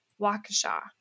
Waukesha